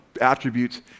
attributes